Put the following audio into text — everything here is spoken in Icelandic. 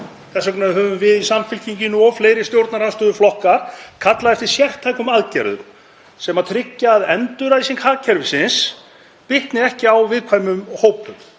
Þess vegna höfum við í Samfylkingunni og fleiri stjórnarandstöðuflokkar kallað eftir sértækum aðgerðum sem tryggja að endurræsing hagkerfisins bitni ekki á viðkvæmum hópum